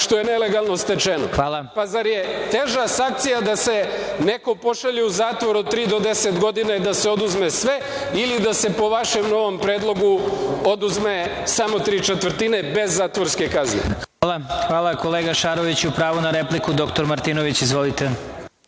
što je nelegalno stečeno. Zar je teža sankcija da se neko pošalje u zatvor od 3 do 10 godina, i da se oduzme sve ili da se po vašem novom predlogu, oduzme samo tri četvrtine, bez zatvorske kazne? **Vladimir Marinković** Hvala kolega Šaroviću. Pravo na repliku, dr Martinović.